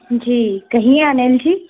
जी कहिए अनल जी